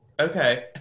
Okay